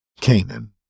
Canaan